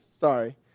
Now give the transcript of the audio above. Sorry